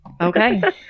Okay